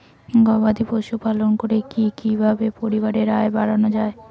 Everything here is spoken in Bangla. গবাদি পশু পালন করে কি কিভাবে পরিবারের আয় বাড়ানো যায়?